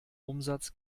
umsatz